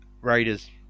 Raiders